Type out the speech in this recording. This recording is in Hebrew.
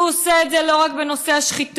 והוא עושה את זה לא רק בנושא השחיתות,